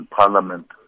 Parliament